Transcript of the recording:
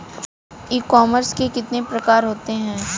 E commerce के कितने प्रकार होते हैं?